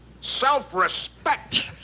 self-respect